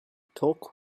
talk